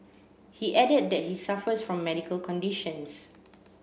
he added that he suffers from medical conditions